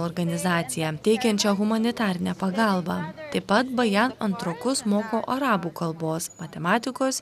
organizacija teikiančia humanitarinę pagalbą taip pat bajan antrokus moko arabų kalbos matematikos